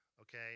okay